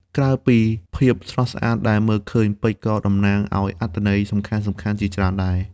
ក្រៅពីភាពស្រស់ស្អាតដែលមើលឃើញ ពេជ្រក៏តំណាងឲ្យអត្ថន័យសំខាន់ៗជាច្រើនដែរ។